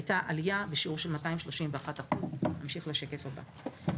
היתה עלייה בשיעור של 231%. נמשיך לשקף הבא.